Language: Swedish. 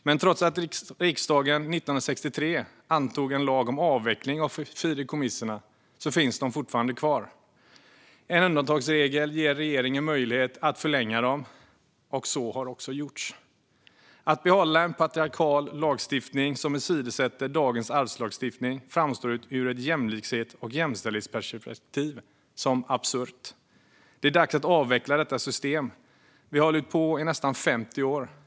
Men trots att riksdagen 1963 antog en lag om avveckling av fideikommissen finns de fortfarande kvar. En undantagsregel ger regeringen möjlighet att förlänga dem, och så har också gjorts. Att behålla en patriarkal lagstiftning som åsidosätter dagens arvslagstiftning framstår ur ett jämlikhets och jämställdhetsperspektiv som absurt. Det är dags att avveckla detta system. Vi har hållit på i nästan 50 år.